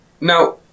Now